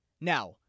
Now